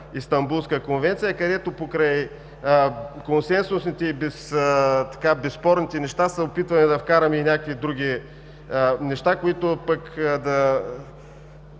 Истанбулска конвенция, където покрай консенсусните и безспорните неща се опитваме да вкараме и някакви други неща, които да